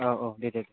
औ औ दे दे